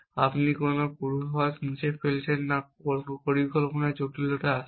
আপনি কোনো পূর্বাভাস মুছে ফেলছেন না পরিকল্পনার জটিলতা আসে